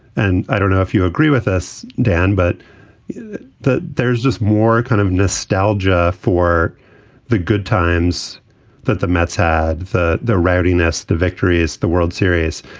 and i don't know if you agree with us, dan, but there's just more kind of nostalgia for the good times that the mets had the the readiness, the victory is the world series.